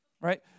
right